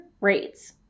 rates